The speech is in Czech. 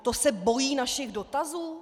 To se bojí našich dotazů?